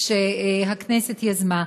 שהכנסת יזמה,